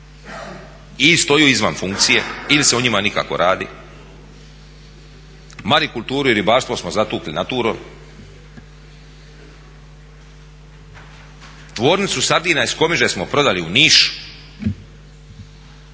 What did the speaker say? i stoje izvan funkcije ili se o njima nikako ne radi. Marikulturu i ribarstvo smo zatukli Naturom. Tvornicu sardina iz Komiže smo prodali u Niš,